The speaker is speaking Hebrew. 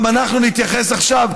גם אנחנו נתייחס עכשיו,